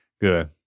Good